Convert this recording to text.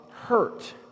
hurt